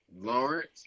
Lawrence